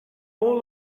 all